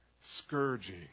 Scourging